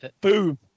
Boom